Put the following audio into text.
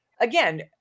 again